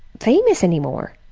famous anymore.